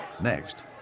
Next